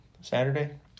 Saturday